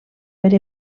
per